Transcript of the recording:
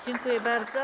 Dziękuję bardzo.